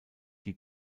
die